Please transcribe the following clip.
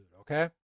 okay